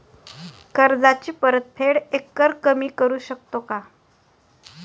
कर्जाची परतफेड एकरकमी करू शकतो का?